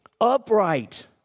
upright